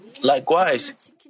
Likewise